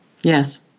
Yes